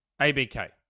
ABK